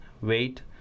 weight